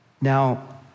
Now